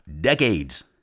decades